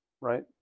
right